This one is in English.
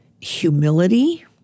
humility